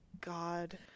god